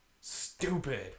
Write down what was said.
stupid